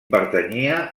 pertanyia